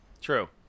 True